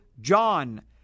John